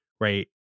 Right